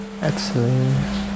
Excellent